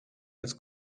als